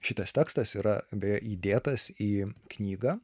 šitas tekstas yra beje įdėtas į knygą